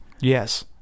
Yes